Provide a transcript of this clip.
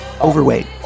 overweight